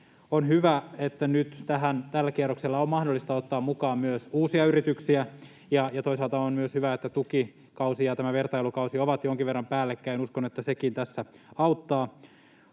On hyvä, että nyt tähän, tällä kierroksella, on mahdollista ottaa mukaan myös uusia yrityksiä, ja toisaalta on myös hyvä, että tukikausi ja tämä vertailukausi ovat jonkin verran päällekkäin — uskon, että sekin tässä auttaa.